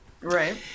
Right